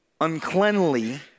uncleanly